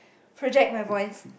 project my voice